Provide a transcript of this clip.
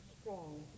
strong